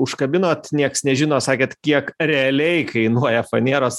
užkabinot nieks nežino sakėt kiek realiai kainuoja fanieros